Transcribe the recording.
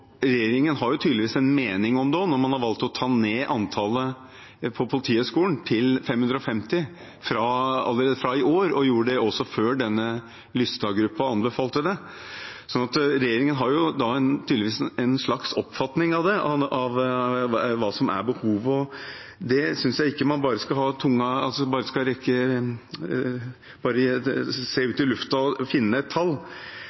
Regjeringen har tydeligvis en mening om det når man har valgt å ta ned antallet på Politihøgskolen til 550 allerede fra i år – og gjorde det før Lystad-gruppen anbefalte det. Regjeringen har tydeligvis en slags oppfatning av hva behovet er. Jeg synes ikke man bare skal se ut i luften og finne et tall for hvor mange politifolk man skal